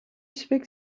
speak